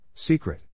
Secret